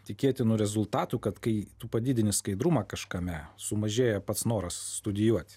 tikėtinų rezultatų kad kai tu padidini skaidrumą kažkame sumažėja pats noras studijuoti